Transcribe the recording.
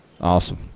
Awesome